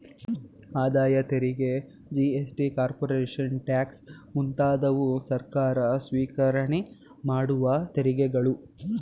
ಆದಾಯ ತೆರಿಗೆ GST, corporation tax ಮುಂತಾದವು ಸರ್ಕಾರ ಸ್ವಿಕರಣೆ ಮಾಡುವ ತೆರಿಗೆಗಳು